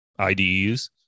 ides